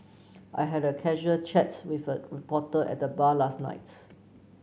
I had a casual chat with a reporter at the bar last night